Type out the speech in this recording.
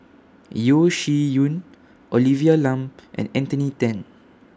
Yeo Shih Yun Olivia Lum and Anthony Then